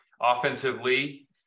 Offensively